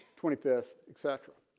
twenty fifth etc.